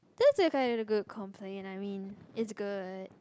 that's kind of a good complain I mean it's good